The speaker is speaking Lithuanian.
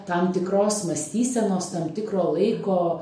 tam tikros mąstysenos tam tikro laiko